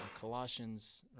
Colossians